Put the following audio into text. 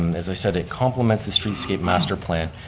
um as i said, it complements the streetscape masterplan